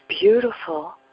beautiful